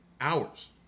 Hours